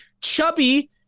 chubby